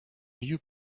new